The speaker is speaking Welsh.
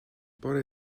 bore